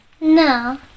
No